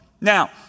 Now